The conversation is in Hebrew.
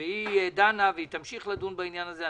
והיא דנה ותמשיך לדון בעניין הזה.